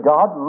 God